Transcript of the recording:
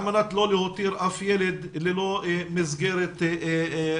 על מנת לא להותיר אף ילד ללא מסגרת מתאימה.